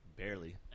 Barely